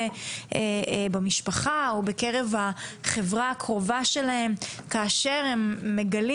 במשפחה ובחברה הקרובה שלהם כאשר הם מגלים